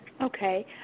Okay